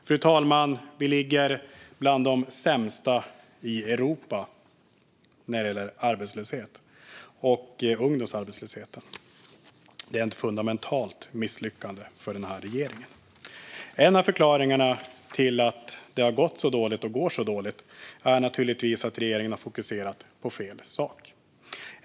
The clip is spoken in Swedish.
Vi ligger, fru talman, bland de sämsta i Europa när det gäller arbetslöshet och ungdomsarbetslöshet. Det är ett fundamentalt misslyckande för regeringen. En av förklaringarna till att det har gått så dåligt och går så dåligt är naturligtvis att regeringen har fokuserat på fel sak.